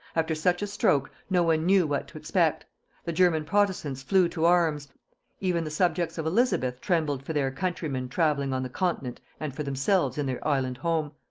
after such a stroke, no one knew what to expect the german protestants flew to arms even the subjects of elizabeth trembled for their countrymen travelling on the continent and for themselves in their island-home.